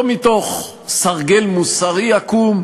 לא מתוך סרגל מוסרי עקום,